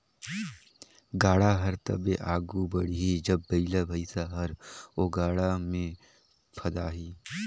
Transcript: गाड़ा हर तबे आघु बढ़ही जब बइला भइसा हर ओ गाड़ा मे फदाही